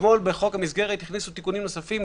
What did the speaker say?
אתמול הכניסו תיקונים נוספים בחוק המסגרת.